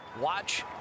Watch